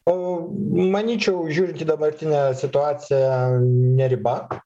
o manyčiau žiūrint į dabartinę situaciją ne riba